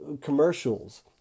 commercials